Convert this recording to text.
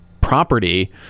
property